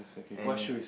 and